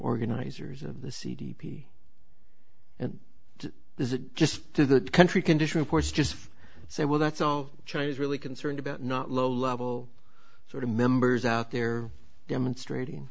organizers of the c d p visit just to that country condition of course just so well that's all chinese really concerned about not low level sort of members out there demonstrating